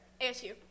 ASU